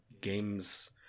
games